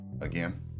again